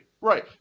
Right